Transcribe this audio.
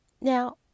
now